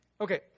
Okay